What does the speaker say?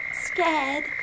scared